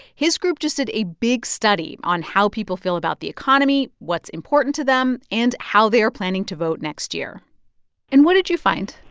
his group just did a big study on how people feel about the economy, what's important to them and how they're planning to vote next year and what did you find?